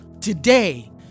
Today